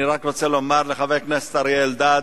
אני רק רוצה לומר לחבר הכנסת אריה אלדד,